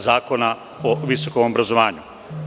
Zakona o visokom obrazovanju.